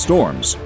Storms